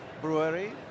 brewery